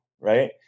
right